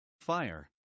fire